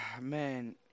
Man